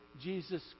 Jesus